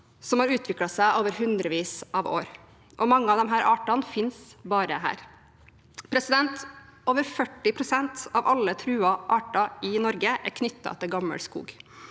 som har utviklet seg over hundrevis av år. Mange av disse artene finnes bare her. Over 40 pst. av alle truede arter i Norge er knyttet til gammelskog